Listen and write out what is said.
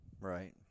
Right